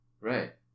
right